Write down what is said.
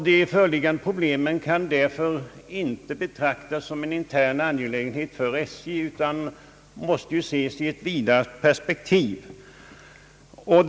De föreliggande problemen kan inte betraktas som en intern angelägenhet för SJ utan måste ses i ett vidare perspektiv.